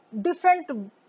different